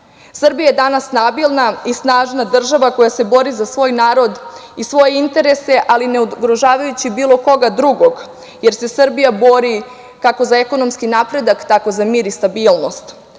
rada. Srbija je danas stabilna i snažna država koja se bori za svoj narod i svoje interese, ali ne ugrožavajući bilo koga drugog jer se Srbija bori kako za ekonomski napredak, tako za mir i stabilnost.